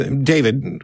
David